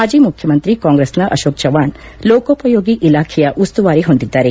ಮಾಜಿ ಮುಖ್ಯಮಂತ್ರಿ ಕಾಂಗ್ರೆಸ್ನ ಅಶೋಕ್ ಚೌವಾಣ್ ಲೋಕೋಪಯೋಗಿ ಇಲಾಖೆಯ ಉಸ್ತುವಾರಿ ಹೊಂದಿದ್ದಾರೆ